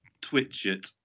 Twitchit